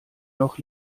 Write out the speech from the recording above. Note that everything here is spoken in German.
noch